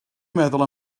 meddwl